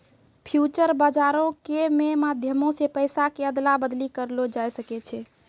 future बजारो के मे माध्यमो से पैसा के अदला बदली करलो जाय सकै छै